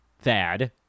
Thad